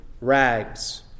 rags